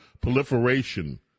proliferation